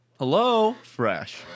HelloFresh